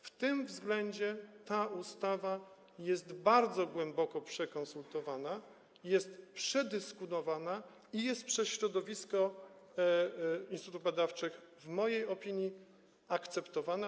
W tym względzie ta ustawa jest bardzo głęboko przekonsultowana, jest przedyskutowana i jest przez środowisko instytutów badawczych w mojej opinii akceptowana.